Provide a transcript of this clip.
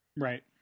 right